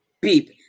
beep